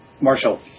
Marshall